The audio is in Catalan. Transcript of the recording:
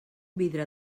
vidre